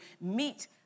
meet